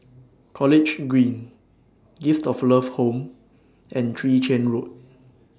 College Green Gift of Love Home and Chwee Chian Road